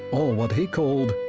or what he called,